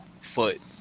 foot